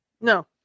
No